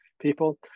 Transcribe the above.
people